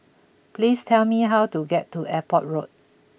please tell me how to get to Airport Road